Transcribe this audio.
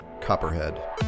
Copperhead